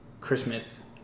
Christmas